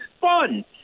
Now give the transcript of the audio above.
fun